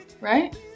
right